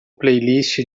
playlist